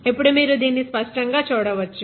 ఇప్పుడు మీరు దీన్ని స్పష్టంగా చూడవచ్చు